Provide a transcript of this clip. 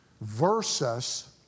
versus